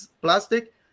plastic